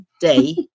day